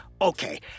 okay